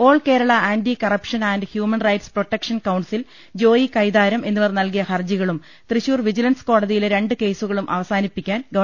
all Kerala anti corruption and human rights protection council Joy Kaitharam എന്നിവർ നൽകിയ ഹർജികളും തൃശൂർ വിജിലൻസ് കോടതിയിലെ രണ്ട് കേസു കളും അവസാനിപ്പിക്കാൻ ഗവ